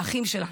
האחים שלה,